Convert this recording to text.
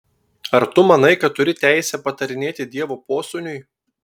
ar tu manai kad turi teisę patarinėti dievo posūniui